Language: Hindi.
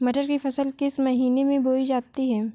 मटर की फसल किस महीने में बोई जाती है?